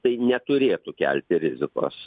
tai neturėtų kelti rizikos